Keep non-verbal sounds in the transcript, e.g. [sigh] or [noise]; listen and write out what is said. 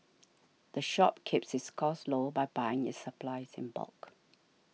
[noise] the shop keeps its costs low by buying its supplies in bulk